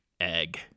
egg